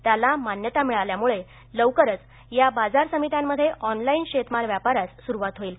त्याला मान्यता मिळाल्यामुळे लवकरच या बाजार समित्यांमध्ये ऑनलाईन शेतमाल व्यापारास सुरूवात होईल